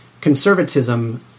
conservatism